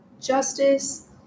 justice